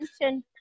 mentioned-